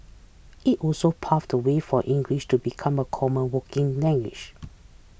it also paved the way for English to become a common working language